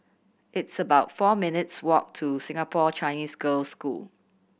it's about four minutes walk to Singapore Chinese Girls' School